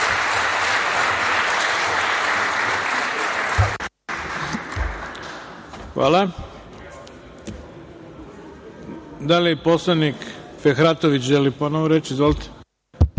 Hvala. Da li poslanik Fehratović želi ponovo reč? Izvolite.